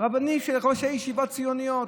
רבנים שהם ראשי ישיבות ציוניות,